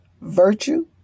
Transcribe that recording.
virtue